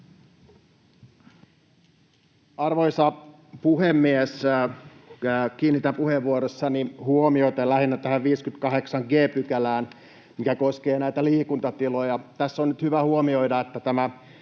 Arvoisa puhemies! Kiinnitän puheenvuorossani huomiota lähinnä tähän 58 g §:ään, mikä koskee näitä liikuntatiloja. Tässä on nyt hyvä huomioida, että tämä